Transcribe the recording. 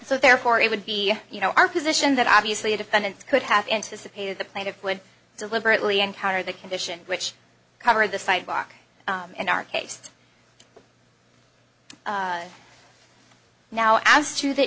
so therefore it would be you know our position that obviously a defendant could have anticipated the plaintiff would deliberately encounter the condition which covered the sidewalk in our case now as to the